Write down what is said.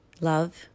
Love